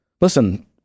listen